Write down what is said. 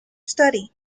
study